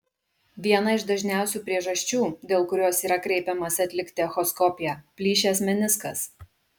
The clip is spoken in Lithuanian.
viena iš dažniausių priežasčių dėl kurios yra kreipiamasi atlikti echoskopiją plyšęs meniskas